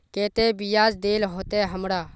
केते बियाज देल होते हमरा?